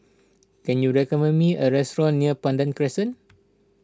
can you recommend me a restaurant near Pandan Crescent